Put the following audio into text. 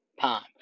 time